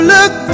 Look